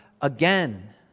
again